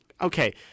Okay